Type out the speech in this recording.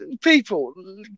people